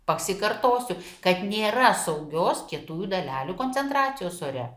paksikartosiu kad nėra saugios kietųjų dalelių koncentracijos ore